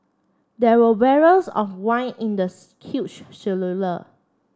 there were barrels of wine in the huge